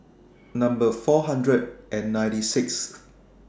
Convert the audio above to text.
Number four hundred and ninety Sixth